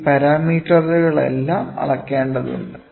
ഈ പരാമീറ്ററുകളെല്ലാം അളക്കേണ്ടതുണ്ട്